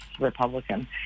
Republican